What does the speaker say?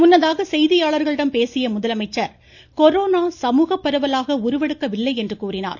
முன்னதாக செய்தியாளர்களிடம் பேசிய முதலமைச்சர் கொரோனா சமூக பரவலாக உருவெடுக்கவில்லை என்று கூறினார்